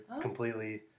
completely